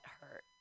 hurt